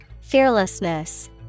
Fearlessness